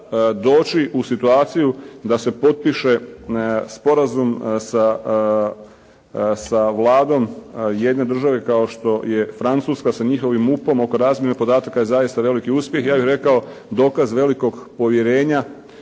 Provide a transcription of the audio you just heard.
doći u situaciju da se potpiše sporazum sa vladom jedne države kao što je Francuska, sa njihovim MUP-om oko razmjene podataka je zaista veliki uspjeh. Ja bih rekao dokaz velikog povjerenja